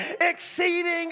exceeding